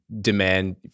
demand